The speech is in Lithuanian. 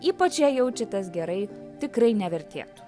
ypač jei jaučiatės gerai tikrai nevertėtų